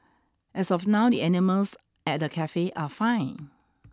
as of now the animals at the cafe are fine